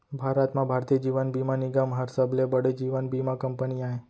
भारत म भारतीय जीवन बीमा निगम हर सबले बड़े जीवन बीमा कंपनी आय